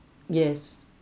yes